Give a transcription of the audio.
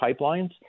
pipelines